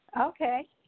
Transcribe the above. Okay